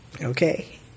Okay